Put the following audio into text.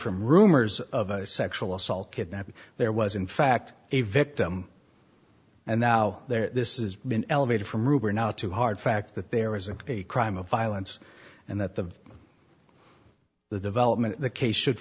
from rumors of a sexual assault kidnapping there was in fact a victim and now there this is been elevated from rumor now to hard fact that there isn't a crime of violence and that the the development of the case should